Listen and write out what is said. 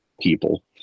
people